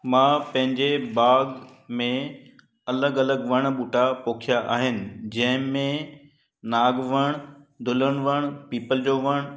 मां पंहिंजे बाग़ में अलॻि अलॻि वण ॿूटा पोखिया आहिनि जंहिंमें नागवण धुलन वण पीपल जो वण